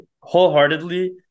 wholeheartedly